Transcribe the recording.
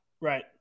Right